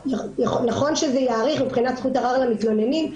נכון שזה יאריך מבחינת זכות ערר למתלוננים.